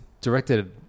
directed